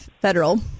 federal